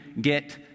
get